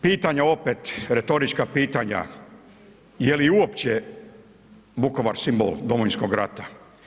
Pitanja opet, retorička pitanja, je li uopće Vukovar simbol Domovinskog rata?